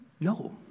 No